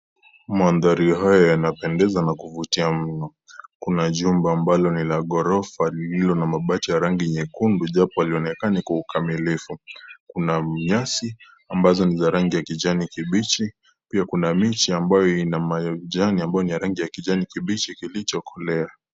Mandhari haya yanapendeza na kuvutia mno , kuna nyumba la gorofa lililo na msbsti ya rangi nyekundu japo aionekani kikamilifu .Kuna nyasi ambazo ni ya rangi kijani kibichi na kuna mti ambayo ina matawi ya rangi kijani kibichi kilichokolea.